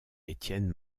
étienne